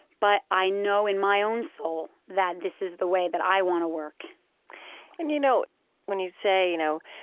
but i know in my own soul that this is the way that i want to work and you know when you say, you know,